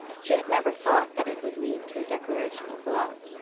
she had never thought that it would lead to a declaration of love.